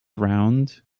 round